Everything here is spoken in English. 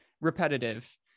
repetitive